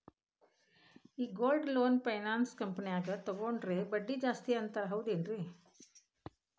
ಈ gold loan finance ಕಂಪನ್ಯಾಗ ತಗೊಂಡ್ರೆ ಬಡ್ಡಿ ಜಾಸ್ತಿ ಅಂತಾರ ಹೌದೇನ್ರಿ?